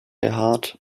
heart